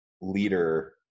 leader